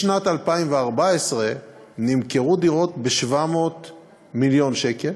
משנת 2014 נמכרו דירות ב-700 מיליון שקל,